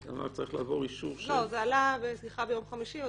זה עלה בשיחה ביום חמישי.